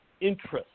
interest